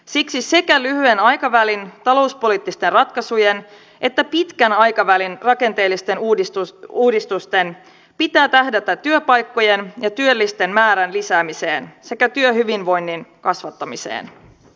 siksi sekä lyhyen aikavälin talouspoliittisten ratkaisujen että pitkän aikavälin rakenteellisten uudistusten pitää tähdätä työpaikkojen ja työllisten määrän lisäämiseen sekä työhyvinvoinnin kasvattamiseen